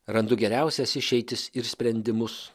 randu geriausias išeitis ir sprendimus